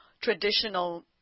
traditional